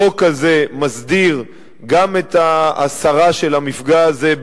החוק הזה מסדיר את ההסרה של המפגע הזה,